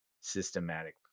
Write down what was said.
systematic